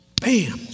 Bam